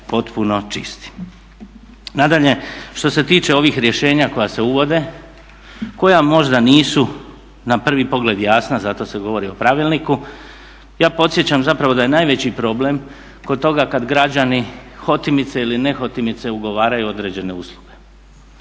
potpuno čisti. Nadalje, što se tiče ovih rješenja koja se uvode, koja možda nisu na prvi pogled jasna i zato se govori o pravilniku ja podsjećam zapravo da je najveći problem kod toga kad građani hotimice ili ne hotimice ugovaraju određene usluge.